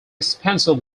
expensive